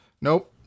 Nope